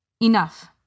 Enough